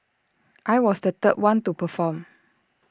I was the third one to perform